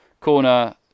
corner